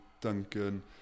Duncan